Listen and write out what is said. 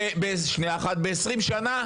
ב-20 שנה,